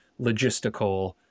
logistical